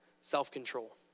self-control